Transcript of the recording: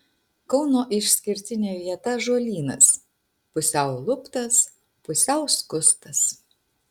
kauno išskirtinė vieta ąžuolynas pusiau luptas pusiau skustas